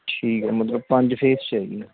ਠੀਕ ਹੈ ਮਤਲਬ ਪੰਜ ਫ਼ੇਸ 'ਚ ਹੈ ਜੀ